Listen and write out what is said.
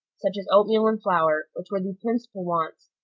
such as oatmeal and flour, which were the principal wants,